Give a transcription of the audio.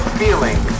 feeling